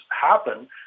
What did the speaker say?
happen